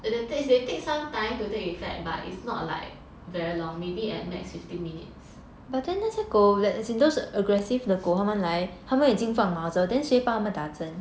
they take they take some time to take effect but it's not like very long maybe at max fifteen minutes